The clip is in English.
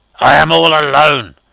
i am all alone.